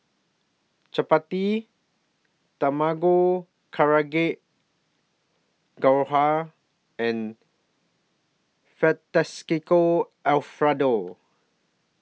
Chapati Tamago Gohan and Fettuccine Alfredo